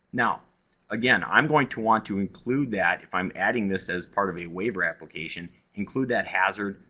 now again, i'm going to want to include that if i'm adding this as part of a waiver application. include that hazard,